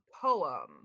poem